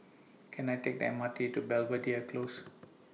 Can I Take The M R T to Belvedere Close